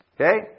Okay